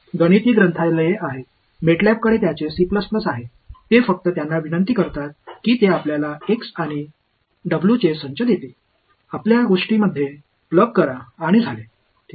கணித நூலகங்கள் உள்ளன MATLAB க்கு அதன் C உள்ளது அது அவற்றைத் தூண்டினால் அவை உங்களுக்கு x மற்றும் w இன் தொகுப்பைக் கொடுக்கும் அதை உங்கள் பொருளில் சொருகிவிட்டீர்கள்